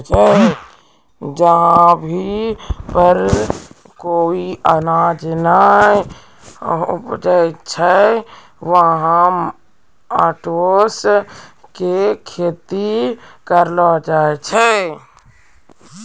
जै भूमि पर कोय अनाज नाय उपजै छै वहाँ ओट्स के खेती करलो जाय छै